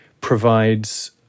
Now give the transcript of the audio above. provides